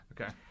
Okay